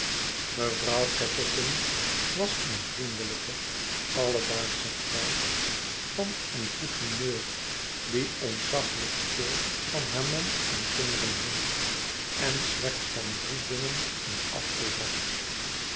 mevrouw gattleton was een vriendelijke alledaagsche vrouw van een goed humeur die ontzaglijk veel van haar man en kinderen hield en slechts van drie dingen een afkeer had